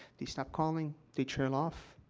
they stop calling they trail off.